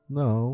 no